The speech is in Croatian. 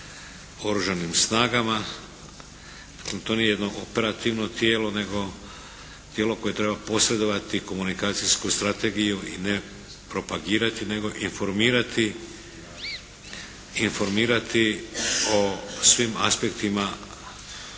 Oružanim snagama. Dakle, to nije jedno operativno tijelo, nego tijelo koje treba posredovati komunikacijsku strategiju i ne propagirati je nego informirati o svim aspektima